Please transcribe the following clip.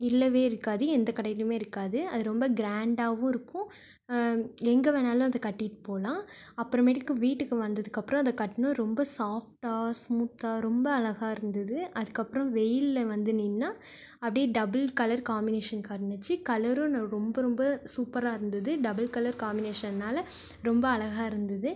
இல்லைவே இருக்காது எந்த கடையிலுமே இருக்காது அது ரொம்ப கிராண்டாவும் இருக்கும் எங்கே வேணாலும் அதை கட்டிட்டு போகலாம் அப்புறமேட்டுக்கு வீட்டுக்கு வந்ததுக்கு அப்புறம் அதை கட்டுனோ ரொம்ப சாப்டாக ஸ்மூத்தாக ரொம்ப அழகாக இருந்தது அதுக்கு அப்புறம் வெயிலில் வந்து நின்றா அப்படியே டபுள் கலர் காம்மினேஷன் காட்னிச்சி கலரும் ந ரொம்ப ரொம்ப சூப்பராக இருந்தது டபுள் கலர் காம்மினேஷன்னால் ரொம்ப அழகாக இருந்தது